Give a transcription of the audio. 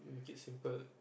make it simple